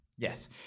Yes